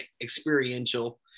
experiential